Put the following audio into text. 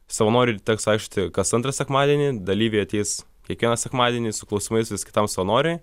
savanorį teks vežti kas antrą sekmadienį dalyviai ateis kiekvieną sekmadienį su klausimais vis kitam savanoriui